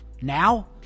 Now